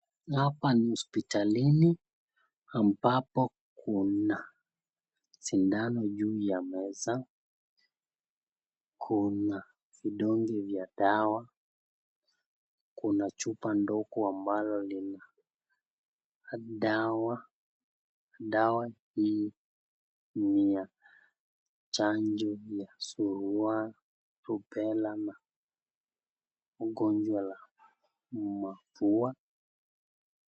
Hapa ni hospitalini ambapo kuna sindano juu ya meza. Kuna vidonge cha Dawa, kuna chupa ndogo ambayo ina dawa. Dawa hii ni ya chanjo ya Rubella mumps ,ugonjwa wa mapua.